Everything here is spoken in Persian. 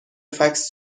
فکس